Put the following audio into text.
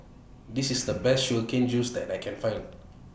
This IS The Best Sugar Cane Juice that I Can Find